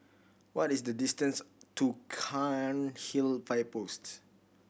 what is the distance to Cairnhill Fire Post